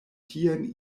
tien